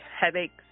headaches